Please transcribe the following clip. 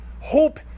hope